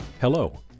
Hello